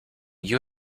you